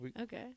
Okay